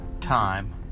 time